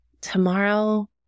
tomorrow